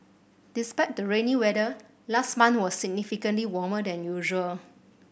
despite the rainy weather last month was significantly warmer than usual